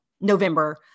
November